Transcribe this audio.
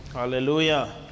Hallelujah